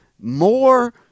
more